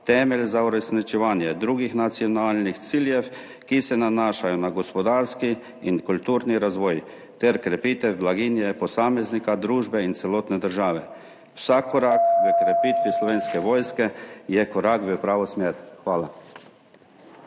temelj za uresničevanje drugih nacionalnih ciljev, ki se nanašajo na gospodarski in kulturni razvoj ter krepitev blaginje posameznika, družbe in celotne države. Vsak korak h krepitvi Slovenske vojske je korak v pravo smer. Hvala.